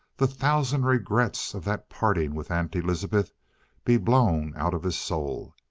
the thousand regrets of that parting with aunt elizabeth be blown out of his soul.